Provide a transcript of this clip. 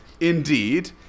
indeed